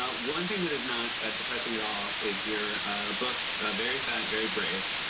ah one thing that is not ah depressing at all is your book very fat, very brave.